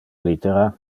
littera